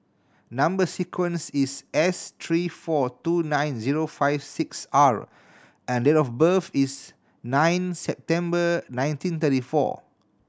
number sequence is S three four two nine zero five six R and date of birth is nine September nineteen thirty four